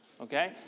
okay